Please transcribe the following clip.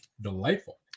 delightful